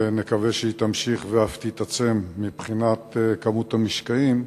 ונקווה שהיא תימשך ואף תתעצם מבחינת כמות המשקעים.